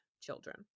children